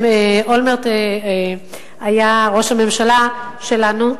כאשר אולמרט היה ראש הממשלה שלנו,